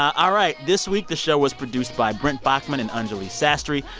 all right. this week, the show was produced by brent baughman and anjuli sastry.